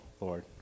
Lord